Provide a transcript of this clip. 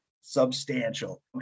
substantial